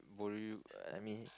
borrow you I mean